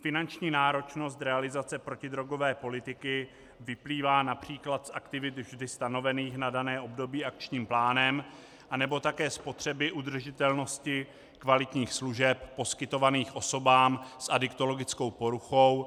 Finanční náročnost realizace protidrogové politiky vyplývá například z aktivit vždy stanovených na dané období akčním plánem nebo také z potřeby udržitelnosti kvalitních služeb poskytovaným osobám s adiktologickou poruchou.